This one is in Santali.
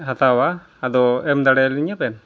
ᱦᱟᱛᱟᱣᱟ ᱟᱫᱚ ᱮᱢᱫᱟᱲᱮᱟᱹᱞᱤᱧᱟᱵᱮᱱ